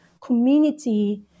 community